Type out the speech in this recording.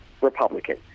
Republican